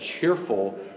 cheerful